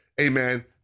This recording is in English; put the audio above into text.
amen